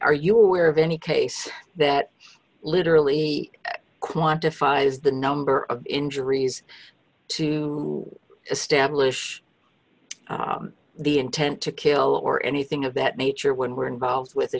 are you aware of any case that literally quantified as the number of injuries to establish the intent to kill or anything of that nature when we're involved with the